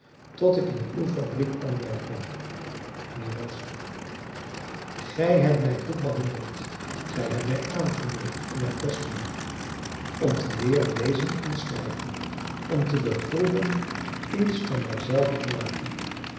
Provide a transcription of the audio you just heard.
tot ik in uw fabriek kwam werken mijnheer wilson gij hebt mij goed behandeld gij hebt mij aangemoedigd om mijn best te doen om te leeren lezen en schrijven om te beproeven iets van mij zelven te maken